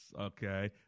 Okay